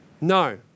No